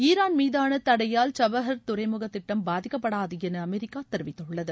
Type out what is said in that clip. Iran தடையால் Chabahar துறைமுக திட்டம் பாதிக்கப்படாது என அமெரிக்கா தெரிவித்துள்ளது